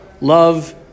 Love